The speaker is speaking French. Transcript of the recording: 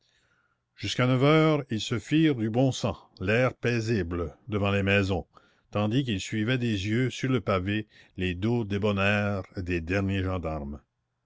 jusqu'à neuf heures ils se firent du bon sang l'air paisible devant les maisons tandis qu'ils suivaient des yeux sur le pavé les dos débonnaires des derniers gendarmes